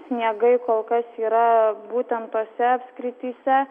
sniegai kol kas yra būtent tose apskrityse